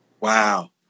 Wow